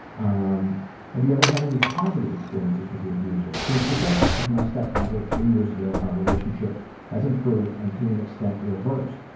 um have you ever had any positive experiences with your abuser? since the death of my father three years ago, our relationship has improved and to an extent reversed.